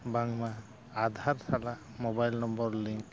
ᱵᱟᱝᱢᱟ ᱟᱫᱷᱟᱨ ᱥᱟᱞᱟᱜ mobile number link